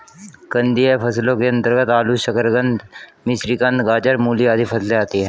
कंदीय फसलों के अंतर्गत आलू, शकरकंद, मिश्रीकंद, गाजर, मूली आदि फसलें आती हैं